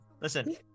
Listen